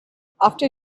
after